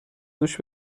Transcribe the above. دوش